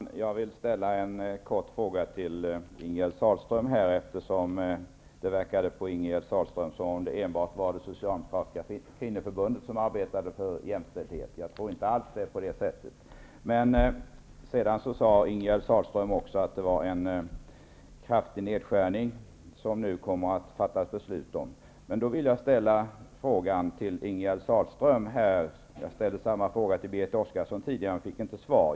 Fru talman! Jag vill ställa en kort fråga till Ingegerd Sahlström, eftersom det verkade på henne som om det enbart var det socialdemokratiska kvinnoförbundet som arbetar för jämställdhet. Jag tror inte alls att det är så. Ingegerd Sahlström sade att man nu kommer att fatta beslut om en kraftig nedskärning. Jag vill ställa en fråga till Ingegerd Sahlström. Jag ställde frågan till Berit Oscarsson tidigare, men fick inget svar.